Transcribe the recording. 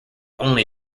only